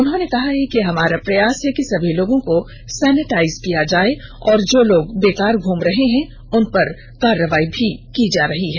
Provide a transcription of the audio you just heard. उन्होंने कहा कि हमारा प्रयास है कि सभी लोगों को सैनिटाइज किया जाए और जो लोग बेकार घूम रहे हैं उन पर कार्रवाई भी की जा रही है